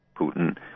Putin